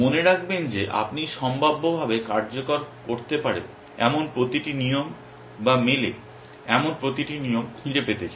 মনে রাখবেন যে আপনি সম্ভাব্যভাবে কার্যকর করতে পারে এমন প্রতিটি নিয়ম বা মেলে এমন প্রতিটি নিয়ম খুঁজে পেতে চান